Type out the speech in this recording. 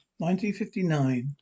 1959